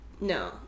No